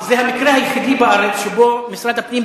זה המקרה היחידי בארץ שבו משרד הפנים,